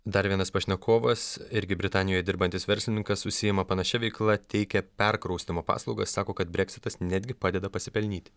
dar vienas pašnekovas irgi britanijoje dirbantis verslininkas užsiima panašia veikla teikia perkraustymo paslaugas sako kad breksitas netgi padeda pasipelnyt